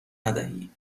ندهی